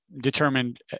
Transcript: determined